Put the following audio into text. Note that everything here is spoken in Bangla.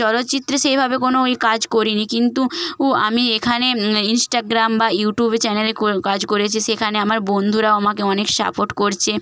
চলচ্চিত্রে সেই ভাবে কোনো ওই কাজ করিনি কিন্তু আমি এখানে ইনস্টাগ্রাম বা ইউটিউব চ্যানেলে কাজ করেছি সেখানে আমার বন্ধুরাও আমাকে অনেক সাপোর্ট করছে